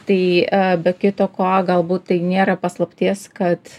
tai be kita ko galbūt tai nėra paslapties kad